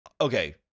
Okay